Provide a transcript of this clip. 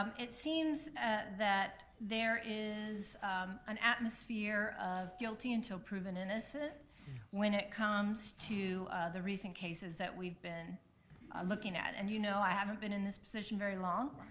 um it seems that there is an atmosphere of guilty until proven innocent when it comes to the recent cases that we've been looking at, and you know i haven't been in this position very long,